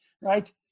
right